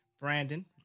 Brandon